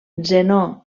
zenó